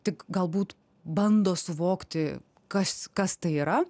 tik galbūt bando suvokti kas kas tai yra